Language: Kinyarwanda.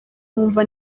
nkumva